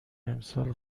امسال